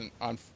on